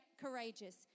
courageous